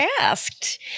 asked